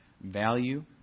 value